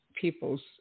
people's